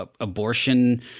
abortion